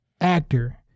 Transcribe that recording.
actor